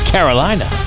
Carolina